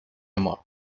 amor